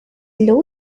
low